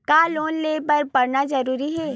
का लोन ले बर पढ़ना जरूरी हे का?